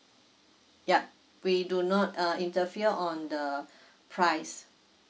ya we do not uh interfere on the price